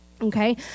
okay